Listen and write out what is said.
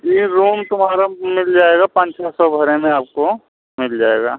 ये रूम तुम्हारा मिल जाएगा पाँच छः सौ भाड़े में आपको मिल जाएगा